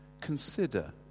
consider